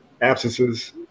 absences